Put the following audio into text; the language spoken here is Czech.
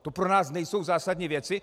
To pro nás nejsou zásadní věci?